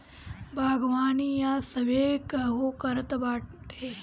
बागवानी आज सभे केहू करत बाटे